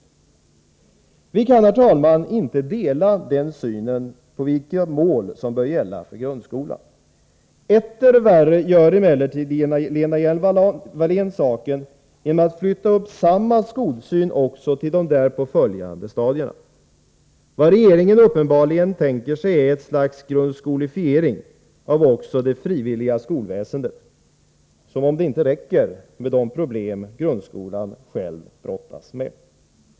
Vi kan, herr talman, inte dela denna syn på vilka mål som bör gälla för grundskolan. Etter värre gör emellertid Lena Hjelm-Wallén saken genom att flytta upp samma skolsyn också till de därpå följande stadierna. Vad regeringen uppenbarligen tänker sig är ett slags ”grundskolefiering” av också det frivilliga skolväsendet. Som om det inte räcker med de problem grundskolan själv brottas med!